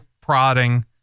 prodding